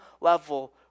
level